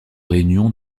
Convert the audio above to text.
réunion